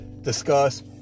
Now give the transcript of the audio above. discuss